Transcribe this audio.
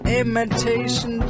imitation